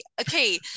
okay